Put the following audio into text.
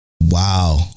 Wow